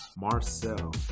Marcel